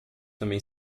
também